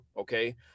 okay